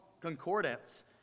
Concordance